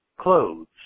clothes